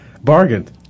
Bargained